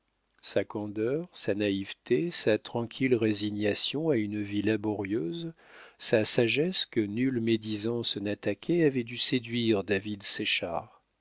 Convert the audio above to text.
sa candeur sa naïveté sa tranquille résignation à une vie laborieuse sa sagesse que nulle médisance n'attaquait avaient dû séduire david